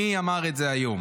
מי אמר את זה היום,